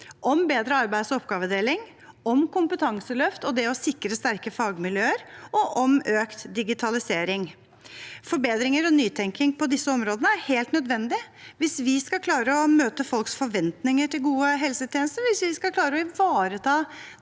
om bedre arbeids- og oppgavedeling, om kompetanseløft og det å sikre sterke fagmiljøer og om økt digitalisering. Forbedringer og nytenking på disse områdene er helt nødvendig hvis vi skal klare å møte folks forventninger til gode helsetjenester, og hvis vi skal klare å ivareta